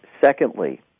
Secondly